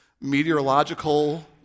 meteorological